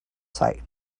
sight